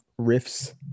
riffs